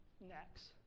next